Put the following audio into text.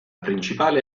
principale